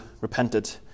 repented